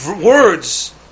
words